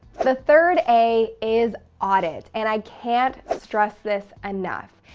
the third a is audit. and i can't stress this enough.